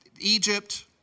Egypt